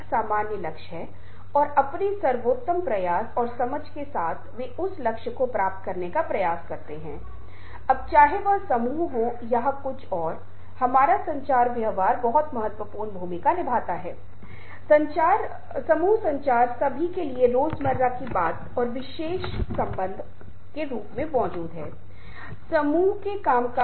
और ये प्रासंगिक थे क्योंकि उन्होंने आपको इस बात से अवगत कराया था कि हम अलग अलग तरीकों से अलग अलग हैं जो हम अलग अलग संबंधों के आधार पर बोलते हैं आइए हम मूल अंतर्निहित विशेषताओं अभिविन्यासों और व्यवहार को कहते हैं